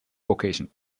vocation